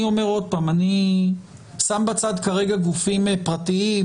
אני אומר שוב שאני כרגע שם בצד גופים פרטיים,